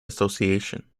association